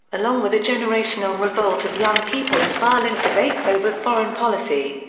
along with a generational revolt of young people and violent debates over foreign policy.